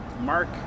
Mark